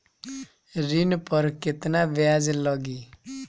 ऋण पर केतना ब्याज लगी?